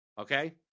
okay